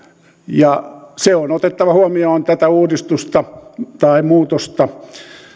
ja se on otettava huomioon tätä uudistusta tai muutosta